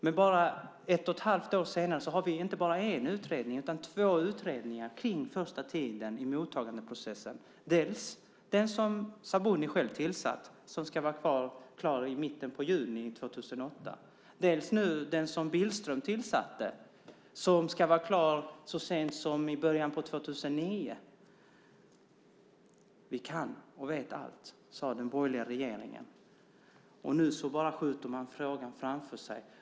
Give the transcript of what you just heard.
Men bara ett och ett halvt år senare har vi inte bara en utredning utan två utredningar om den första tiden i mottagandeprocessen, dels den som Sabuni själv tillsatt som ska vara klar i mitten av juni 2008, dels den som Billström tillsatte som ska vara klar så sent som i början av 2009. Vi kan och vet allt, sade den borgerliga regeringen. Nu skjuter man frågan framför sig.